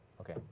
Okay